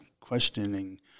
questioning